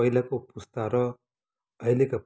र पहिलाको पुस्ता रअहिलेका पुस्ता